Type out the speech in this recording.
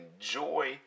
enjoy